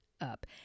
up